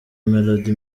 melody